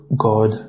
God